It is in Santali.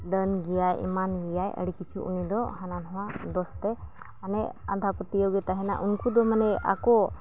ᱰᱟᱹᱱ ᱜᱮᱭᱟᱭ ᱮᱢᱟᱱ ᱜᱮᱭᱟᱭ ᱟᱹᱰᱤ ᱠᱤᱪᱷᱩ ᱩᱱᱤᱫᱚ ᱦᱟᱱᱟᱼᱱᱷᱟᱣᱟ ᱫᱳᱥᱛᱮ ᱢᱟᱱᱮ ᱟᱸᱫᱷᱟ ᱯᱟᱹᱛᱭᱟᱹᱣᱜᱮ ᱛᱟᱦᱮᱱᱟ ᱩᱱᱠᱩᱫᱚ ᱢᱟᱱᱮ ᱟᱠᱚ